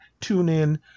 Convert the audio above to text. TuneIn